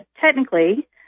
technically